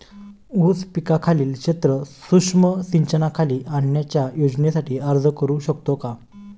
ऊस पिकाखालील क्षेत्र सूक्ष्म सिंचनाखाली आणण्याच्या योजनेसाठी अर्ज करू शकतो का?